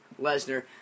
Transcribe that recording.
Lesnar